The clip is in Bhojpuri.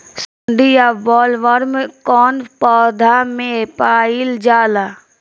सुंडी या बॉलवर्म कौन पौधा में पाइल जाला?